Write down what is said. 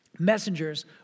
messengers